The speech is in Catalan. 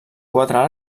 quatre